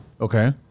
Okay